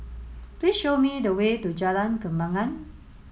please show me the way to Jalan Kembangan